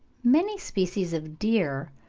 many species of deer,